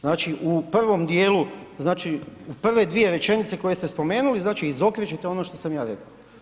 Znači u prvom dijelu, znači u prve dvije rečenice koje ste spomenuli znači izokrećete ono što sam ja rekao.